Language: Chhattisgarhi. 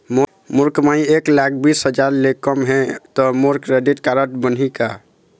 मोर कमाई एक लाख बीस हजार ले कम हे त मोर क्रेडिट कारड बनही का?